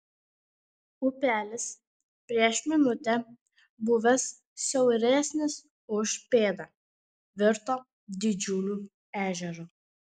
upelis prieš minutę buvęs siauresnis už pėdą virto didžiuliu ežeru